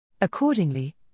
Accordingly